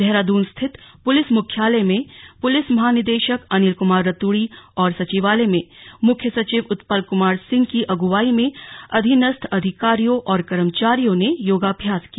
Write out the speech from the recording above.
देहरादून स्थित पुलिस मुख्यालय में पुलिस महानिदेशक अनिल कुमार रतूड़ी और सचिवालय में मुख्य सचिव उत्पल कुमार सिंह की अगुवाई में अधीनस्थ अधिकारियों और कर्मचारियों ने योगाभ्यास किया